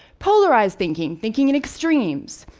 polarized thinking thinking in extremes.